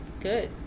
Good